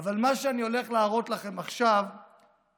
אבל מה שאני הולך להראות לכם עכשיו זה